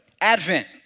Advent